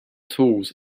tools